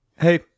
Hey